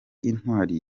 intwari